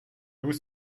vous